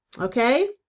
Okay